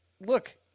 Look